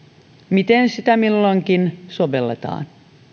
miten sitä milloinkin sovelletaan